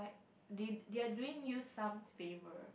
they they are doing you some favour